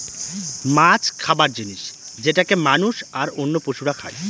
মাছ খাবার জিনিস যেটাকে মানুষ, আর অন্য পশুরা খাই